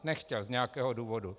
Nechtěl z nějakého důvodu.